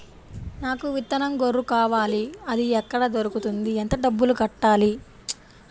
నాకు విత్తనం గొర్రు కావాలి? అది ఎక్కడ దొరుకుతుంది? ఎంత డబ్బులు కట్టాలి?